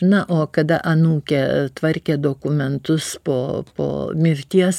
na o kada anūkė tvarkė dokumentus po po mirties